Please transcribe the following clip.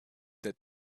that